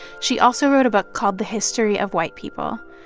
she also wrote a book called the history of white people.